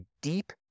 deep